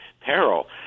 peril